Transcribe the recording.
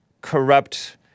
corrupt